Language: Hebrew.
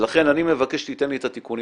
לכן אני מבקש שתיתן לי את התיקונים